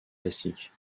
plastiques